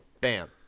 Bam